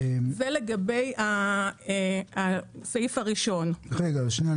ולגבי הסעיף הראשון --- שנייה,